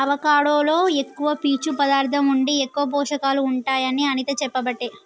avocado లో ఎక్కువ పీచు పదార్ధం ఉండి ఎక్కువ పోషకాలు ఉంటాయి అని అనిత చెప్పబట్టే